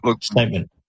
statement